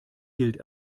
gilt